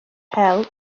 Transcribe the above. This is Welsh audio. hel